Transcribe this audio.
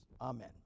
amen